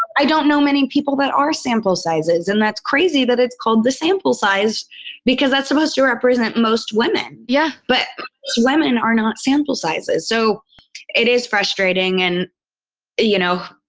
i don't know many people that are sample sizes and that's crazy that it's called the sample size because that's supposed to represent most women yeah but women are not sample sizes. so it is frustrating. and you know,